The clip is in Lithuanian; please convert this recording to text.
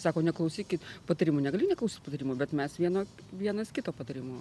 sako neklausykit patarimų negali neklausyt patarimų bet mes vieno vienas kito patarimų